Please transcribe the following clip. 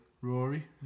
Rory